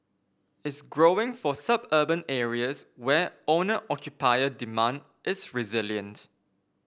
is growing for suburban areas where owner occupier demand is resilient